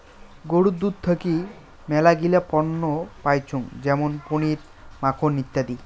গরুর দুধ থাকি মেলাগিলা পণ্য পাইচুঙ যেমন পনির, মাখন ইত্যাদি